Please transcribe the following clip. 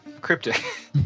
cryptic